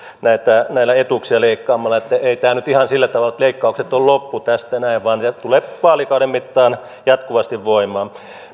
näitä etuuksia leikkaamalla että ei tämä nyt ihan sillä tavalla ole että leikkaukset on loppu tästä näin vaan niitä tulee vaalikauden mittaan jatkuvasti voimaan